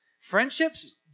Friendships